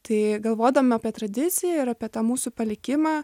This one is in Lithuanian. tai galvodama apie tradiciją ir apie tą mūsų palikimą